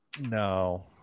No